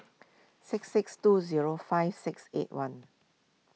six six two zero five six eight one